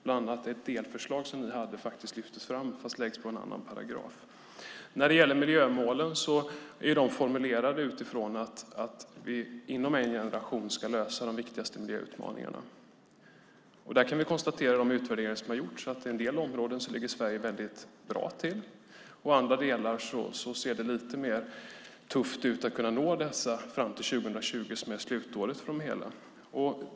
Bland annat lyftes ett delförslag som ni hade fram, men det lades på en annan paragraf. Miljömålen är formulerade utifrån att vi inom en generation ska lösa de viktigaste miljöutmaningarna. Vi kan konstatera i de utvärderingar som har gjorts att i en del områden ligger Sverige bra till. I andra delar ser det lite tuffare ut att kunna nå målen fram till 2020, som är slutåret för det hela.